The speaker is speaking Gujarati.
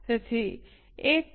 તેથી 1